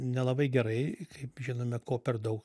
nelabai gerai kaip žinome ko per daug